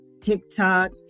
TikTok